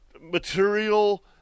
material